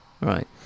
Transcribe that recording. Right